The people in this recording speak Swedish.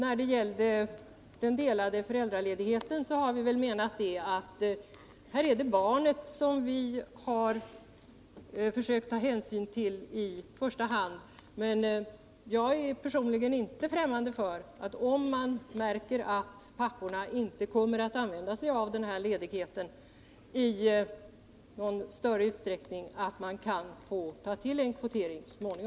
I fråga om den delade föräldraledigheten var det så att vi i första hand försökte ta hänsyn till barnen. Men jag är personligen inte främmande för att vi, om vi märker att papporna inte kommer att använda sig av den här ledigheten i någon större utsträckning, så småningom får ta till en kvotering.